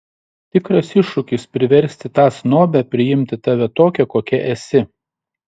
tikras iššūkis priversti tą snobę priimti tave tokią kokia esi